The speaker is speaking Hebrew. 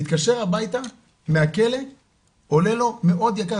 להתקשר הביתה מהכלא עולה לו מאוד יקר,